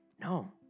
No